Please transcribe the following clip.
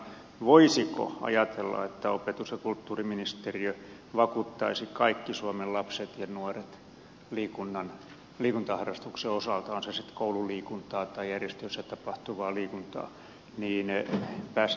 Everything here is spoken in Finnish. voisiko ajatella että opetus ja kulttuuriministeriö vakuuttaisi kaikki suomen lapset ja nuoret liikuntaharrastusten osalta on se sitten koululiikuntaa tai järjestöissä tapahtuvaa liikuntaa